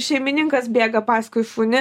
šeimininkas bėga paskui šunį